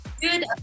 good